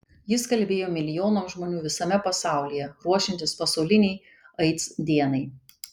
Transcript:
jis kalbėjo milijonams žmonių visame pasaulyje ruošiantis pasaulinei aids dienai